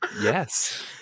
yes